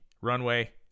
runway